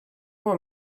want